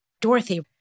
Dorothy